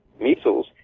measles